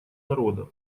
народа